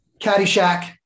Caddyshack